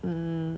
hmm